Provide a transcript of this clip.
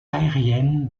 aérienne